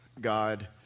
God